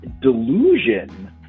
delusion